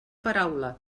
paraula